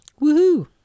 Woohoo